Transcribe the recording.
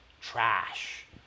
trash